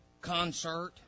concert